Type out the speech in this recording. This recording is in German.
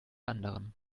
anderen